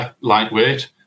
lightweight